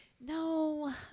No